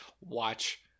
watch